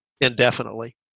indefinitely